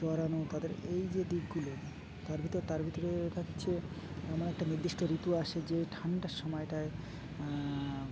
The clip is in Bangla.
জড়ানো তাদের এই যে দিকগুলো তার ভিতরে তার ভিতরে হচ্ছে এমন একটা নির্দিষ্ট ঋতু আসে যে ঠান্ডার সময়টায়